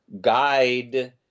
guide